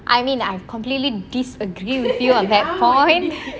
I mean I've completely disagree with you on that point